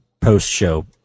post-show